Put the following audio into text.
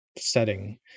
setting